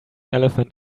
elephant